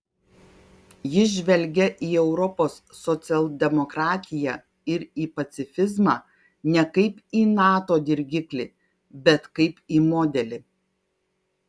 jis žvelgia į europos socialdemokratiją ir į pacifizmą ne kaip į nato dirgiklį bet kaip į modelį